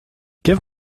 give